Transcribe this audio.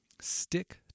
Stick